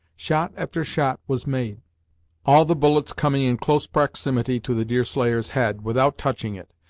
shot after shot was made all the bullets coming in close proximity to the deerslayer's head, without touching it.